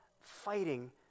fighting